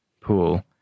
pool